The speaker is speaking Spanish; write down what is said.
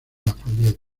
lafayette